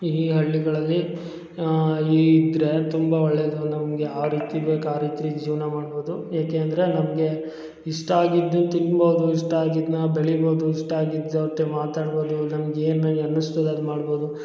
ಈ ಹಳ್ಳಿಗಳಲ್ಲಿ ಈ ಇದ್ದರೆ ತುಂಬ ಒಳ್ಳೆಯದು ನಮಗೆ ಆ ರೀತಿ ಬೇಕು ಆ ರೀತಿ ಜೀವನ ಮಾಡ್ಬೋದು ಏಕೆ ಅಂದರೆ ನಮಗೆ ಇಷ್ಟ ಆಗಿದ್ದು ತಿನ್ಬೋದು ಇಷ್ಟ ಆಗಿದ್ನ ಬೆಳಿಬೋದು ಇಷ್ಟ ಆಗಿದ್ದೋರು ಜೊತೆ ಮಾತಾಡ್ಬೋದು ನಮಗೇನು ಅನ್ನಸ್ತದ ಅದು ಮಾಡ್ಬೋದು